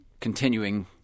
continuing